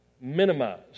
minimize